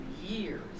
years